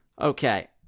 Okay